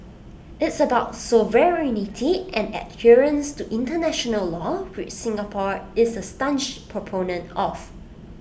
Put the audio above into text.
it's about sovereignty and adherence to International law which Singapore is A staunch proponent of